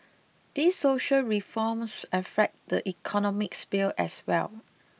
these social reforms affect the economic sphere as well